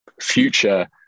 future